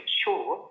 sure